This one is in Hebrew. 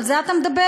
על זה אתה מדבר?